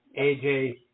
AJ